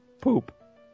poop